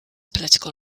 political